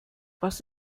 was